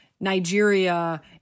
Nigeria